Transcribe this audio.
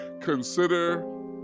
Consider